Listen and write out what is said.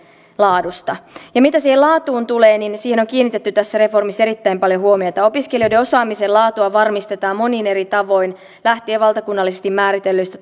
laadusta mitä siihen laatuun tulee niin siihen on kiinnitetty tässä reformissa erittäin paljon huomiota opiskelijoiden osaamisen laatua varmistetaan monin eri tavoin lähtien valtakunnallisesti määritellyistä